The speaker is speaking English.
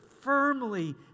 firmly